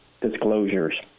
disclosures